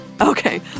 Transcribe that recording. Okay